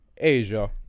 asia